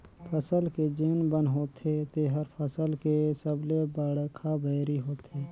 फसल के जेन बन होथे तेहर फसल के सबले बड़खा बैरी होथे